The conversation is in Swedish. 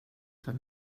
för